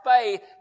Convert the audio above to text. faith